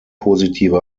positive